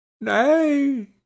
Nay